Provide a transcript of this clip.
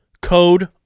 code